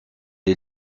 est